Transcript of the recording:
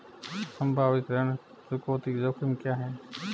संभावित ऋण चुकौती जोखिम क्या हैं?